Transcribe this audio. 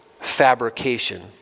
fabrication